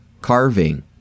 carving